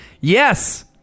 yes